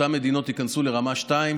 אותן מדינות ייכנסו לרמה 2,